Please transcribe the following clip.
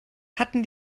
hatten